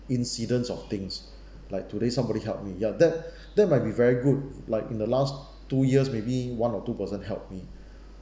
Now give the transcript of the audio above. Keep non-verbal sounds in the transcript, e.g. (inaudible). incidents of things like today somebody help me ya that (breath) that might be very good like in the last two years maybe one to two persons helped me